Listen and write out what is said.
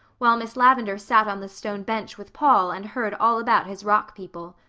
while miss lavendar sat on the stone bench with paul and heard all about his rock people.